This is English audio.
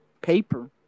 paper